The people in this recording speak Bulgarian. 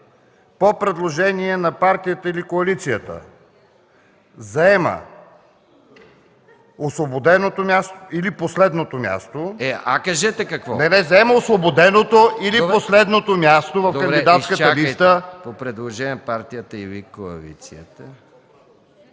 по предложение на партията или коалицията заема освободеното или последното място в кандидатската листа,